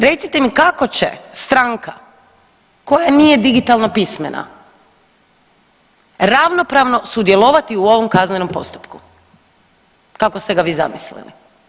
Recite mi kako će stranka koja nije digitalno pismena ravnopravno sudjelovati u ovom kaznenom postupku kako ste ga vi zamislili?